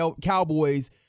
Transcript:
Cowboys